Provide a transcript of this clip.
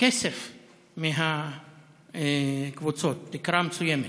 כסף מהקבוצות, תקרה מסוימת.